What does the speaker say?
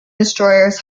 destroyers